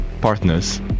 partners